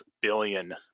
billion